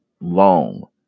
long